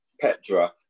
Petra